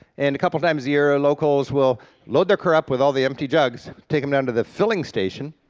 and a couple times a year, ah locals will load the car up with all the empty jugs, take em' down to the filling station,